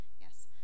Yes